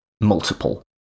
multiple